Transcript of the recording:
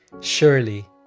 Surely